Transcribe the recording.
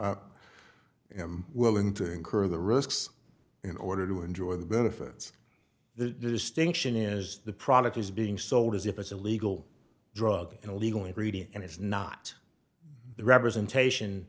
im willing to incur the risks in order to enjoy the benefits the distinction is the product is being sold as if it's a legal drug illegally reading and it's not the representation